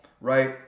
right